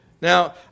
now